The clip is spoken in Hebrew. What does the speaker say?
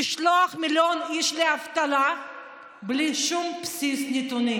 לשלוח מיליון איש לאבטלה בלי שום בסיס נתונים,